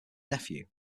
nephew